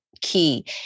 key